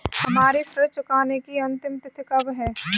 हमारी ऋण चुकाने की अंतिम तिथि कब है?